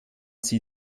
sie